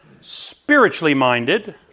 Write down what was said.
spiritually-minded